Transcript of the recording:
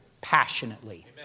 passionately